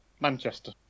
Manchester